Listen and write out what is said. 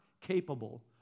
capable